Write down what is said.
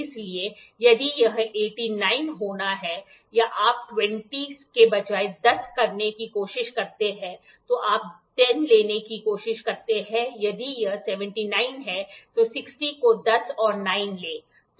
इसलिए यदि यह 89 होना है या आप 20 के बजाय 10 करने की कोशिश करते हैं तो आप 10 लेने की कोशिश करते हैं यदि यह 79 है तो 60 को 10 और 9 ले